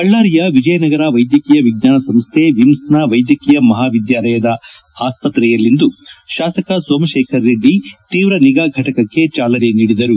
ಬಳ್ಳಾರಿ ವಿಜಯನಗರ ವೈದ್ಯಕೀಯ ವಿಜ್ಞಾನ ಸಂಸ್ಥೆ ವಿಮ್ಸ್ನ ವೈದ್ಯಕೀಯ ಮಹಾವಿದ್ಯಾಲಯದ ಆಸ್ಪತ್ರೆಯಲ್ಲಿಂದು ಶಾಸಕ ಸೋಮಶೇಖರ ರೆಡ್ಡಿ ಉಸಿರಾಟದ ತೀವ್ರನಿಗಾ ಫಟಕಕ್ಕೆ ಚಾಲನೆ ನೀಡಿದರು